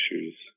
issues